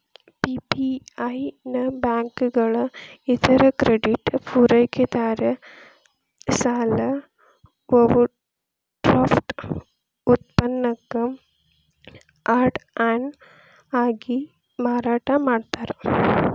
PPI ನ ಬ್ಯಾಂಕುಗಳ ಇತರ ಕ್ರೆಡಿಟ್ ಪೂರೈಕೆದಾರ ಸಾಲ ಓವರ್ಡ್ರಾಫ್ಟ್ ಉತ್ಪನ್ನಕ್ಕ ಆಡ್ ಆನ್ ಆಗಿ ಮಾರಾಟ ಮಾಡ್ತಾರ